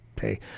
hey